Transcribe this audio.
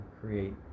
create